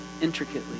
intricately